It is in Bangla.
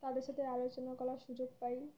তাদের সাথে আলোচনা করার সুযোগ পাই